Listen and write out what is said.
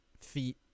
Feet